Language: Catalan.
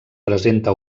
presenta